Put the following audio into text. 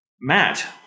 Matt